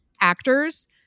actors